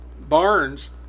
Barnes